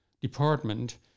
department